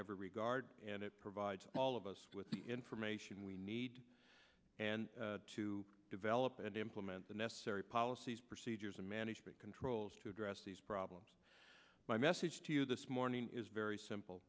regard and it provides all of us with the information we need and to develop and implement the necessary policies procedures and management controls to address these problems my message to you this morning is very simple